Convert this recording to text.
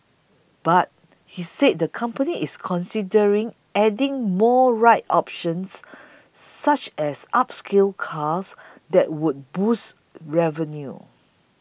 but he said the company is considering adding more ride options such as upscale cars that would boost revenue